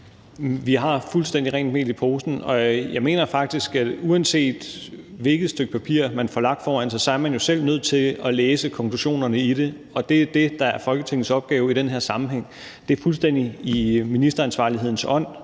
Vi har fuldstændig rent mel i posen, og jeg mener faktisk, at uanset hvilket stykke papir man får lagt foran sig, er man jo selv nødt til at læse konklusionerne på det, og det er det, der er Folketingets opgave i den her sammenhæng. Det er fuldstændig i ministeransvarlighedens ånd